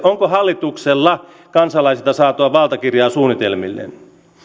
onko hallituksella kansalaisilta saatua valtakirjaa suunnitelmilleen